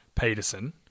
Peterson